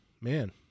Man